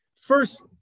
First